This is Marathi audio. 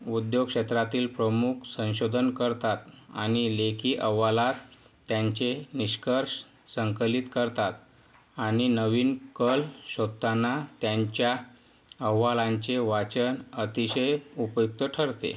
उद्योग क्षेत्रातील प्रमुख संशोधन करतात आणि लेखी अहवालात त्यांचे निष्कर्ष संकलित करतात आणि नवीन कल शोधताना त्यांच्या अहवालांचे वाचन अतिशय उपयुक्त ठरते